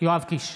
יואב קיש,